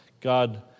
God